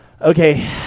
okay